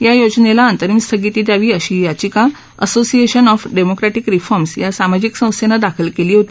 या योजनेला अंतरीम स्थगिती द्यावी अशी याचिका असोसिएशन ऑफ डेमोक्रेटिक रिफॉर्म्स या सामाजिक संस्थेनं दाखल केली होती